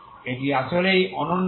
এবং এটি আসলেই অনন্য